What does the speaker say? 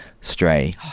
stray